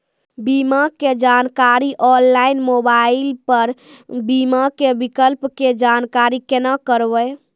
बीमा के जानकारी ऑनलाइन मोबाइल पर बीमा के विकल्प के जानकारी केना करभै?